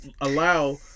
allow